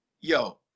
yo